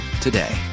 today